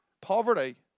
poverty